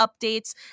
updates